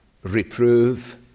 Reprove